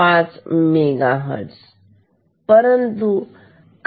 5 megahertz परंतु खरी frequency